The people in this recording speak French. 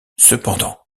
cependant